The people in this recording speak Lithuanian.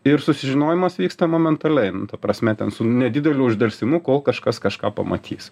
ir susižinojimas vyksta momentaliai nu ta prasme ten su nedideliu uždelsimu kol kažkas kažką pamatys